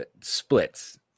splits